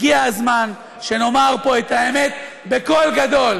הגיע הזמן שנאמר פה את האמת בקול גדול,